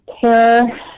care